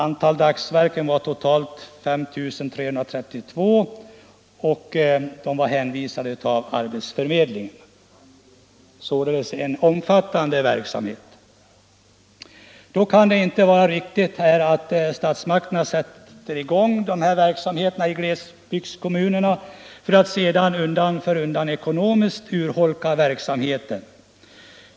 Antalet dagsverken var totalt 5 352, och dessa var hänvisade av arbetsförmedlingen. Det är således en omfattande verksamhet. Det kan inte vara riktigt att statsmakterna sätter i gång den här verksamheten i glesbygdskommunerna för att sedan undan för undan ekonomiskt urholka den.